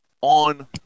on